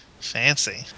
Fancy